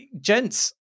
Gents